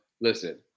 listen